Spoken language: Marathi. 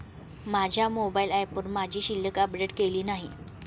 माझ्या मोबाइल ऍपवर माझी शिल्लक अपडेट केलेली नाही